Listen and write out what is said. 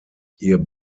ihr